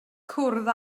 cwrdd